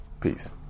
Peace